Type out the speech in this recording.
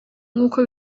nkuko